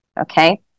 okay